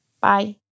Bye